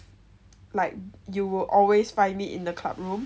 like you will always find me in the club room